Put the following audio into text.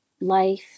life